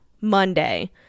monday